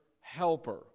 helper